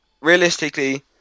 realistically